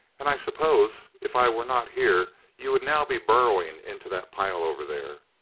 and i suppose if i were not here you would now be burrowing into that pile over there?